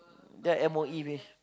yeah M_O_E punya